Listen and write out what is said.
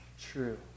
true